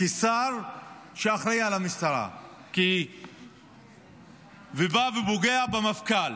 כשר שאחראי על המשטרה בא ופוגע במפכ"ל,